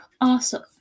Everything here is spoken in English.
awesome